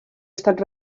estat